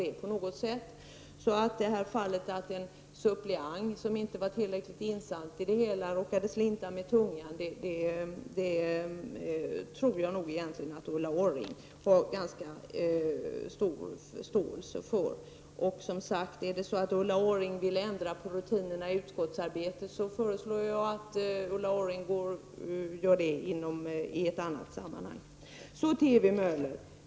Jag tror egentligen att hon har stor förståelse för det fall där en suppleant, som inte var tillräckligt insatt i det hela, råkade slinta med tungan. Om hon vill ändra rutinerna i utskottsarbetet får hon föreslå det i ett annat sammanhang.